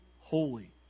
holy